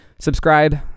Subscribe